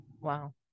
Wow